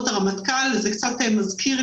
אני מצפה מאוד שהוועדה וחברי הכנסת ידרשו